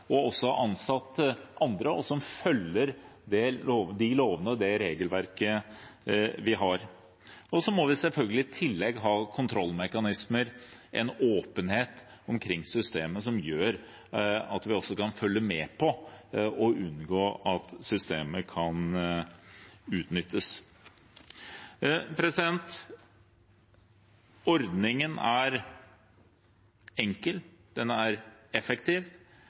og også ansatt andre, og som følger de lovene og det regelverket vi har. Så må vi selvfølgelig i tillegg ha kontrollmekanismer, en åpenhet omkring systemet, som gjør at vi kan følge med på og unngå at systemet kan utnyttes. Ordningen er enkel. Den er effektiv,